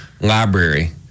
Library